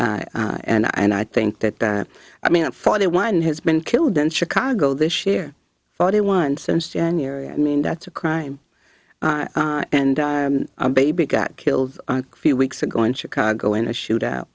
and i and i think that that i mean i'm forty one has been killed in chicago this year forty one since january i mean that's a crime and baby got killed a few weeks ago in chicago in a shoot out